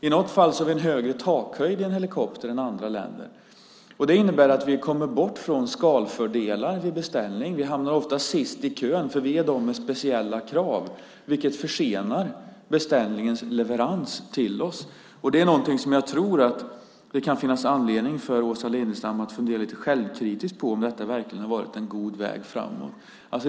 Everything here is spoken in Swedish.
I något fall har vi en högre takhöjd i en helikopter än andra länder. Det innebär att vi kommer bort från skalfördelar vid beställning. Vi hamnar ofta sist i kön därför att vi är den beställare som har speciella krav, vilket försenar beställningens leverans till oss. Jag tror att det kan finnas anledning för Åsa Lindestam att fundera lite självkritiskt på om detta verkligen har varit en god väg framåt.